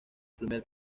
primer